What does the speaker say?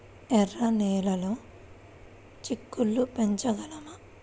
ఎర్ర నెలలో చిక్కుళ్ళు పెంచగలమా?